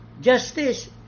justice